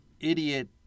idiot